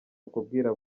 ukubwira